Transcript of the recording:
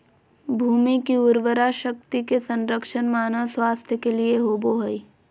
भूमि की उर्वरा शक्ति के संरक्षण मानव स्वास्थ्य के लिए होबो हइ